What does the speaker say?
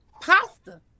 pasta